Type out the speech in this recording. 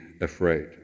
afraid